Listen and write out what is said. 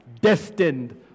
destined